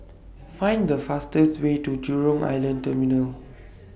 Find The fastest Way to Jurong Island Terminal